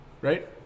Right